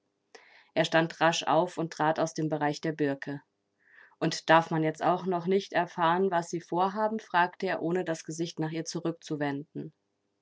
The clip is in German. er stand rasch auf und trat aus dem bereiche der birke und darf man auch jetzt noch nicht erfahren was sie vorhaben fragte er ohne das gesicht nach ihr zurückzuwenden